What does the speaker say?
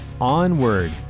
onward